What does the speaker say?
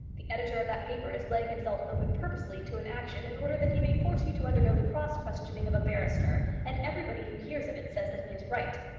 the editor of that paper is laying himself open purposely to an action in order that he may force you to undergo the cross-questioning of a barrister, and everybody who hears of it says that he is right.